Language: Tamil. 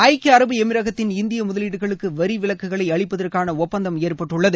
ஐக்கிய அரபு எமிரகத்தின் இந்திய முதலீடுகளுக்கு வரி விலக்குகளை அளிப்பதற்கான ஒப்பந்தம் ஏற்பட்டுள்ளது